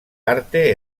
arte